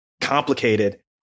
complicated